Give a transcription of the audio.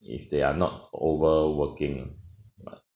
if they are not over working but